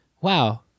wow